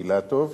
רוברט אילטוב,